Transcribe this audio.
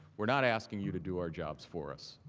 we are not asking you to do our jobs for us.